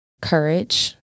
courage